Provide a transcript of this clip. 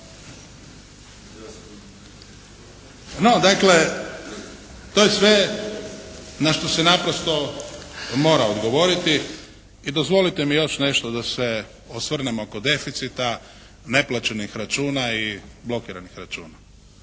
No dakle to je sve na što se naprosto mora odgovoriti i dozvolite mi još nešto da se osvrnem oko deficita, neplaćenih računa i blokiranih računa.